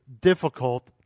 difficult